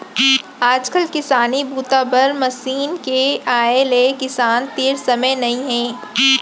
आजकाल किसानी बूता बर मसीन के आए ले किसान तीर समे नइ हे